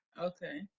Okay